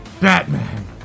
Batman